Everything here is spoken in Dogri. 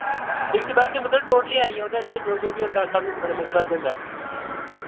मिक्स वैज मतलब टोटली आइया ओह्दे च जो जो बी होंदा सब मतलब मिक्स वैज होंदा